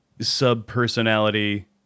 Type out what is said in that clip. sub-personality